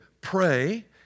pray